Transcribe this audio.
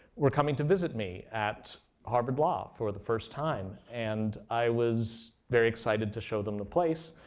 were coming to visit me at harvard law for the first time, and i was very excited to show them the place.